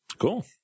Cool